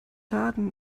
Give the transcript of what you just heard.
laden